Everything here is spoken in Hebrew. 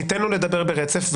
ניתן לו לדבר ברצף,